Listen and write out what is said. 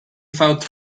felt